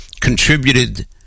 contributed